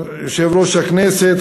יושב-ראש הכנסת,